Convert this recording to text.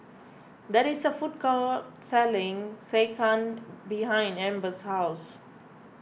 there is a food court selling Sekihan behind Ambers' house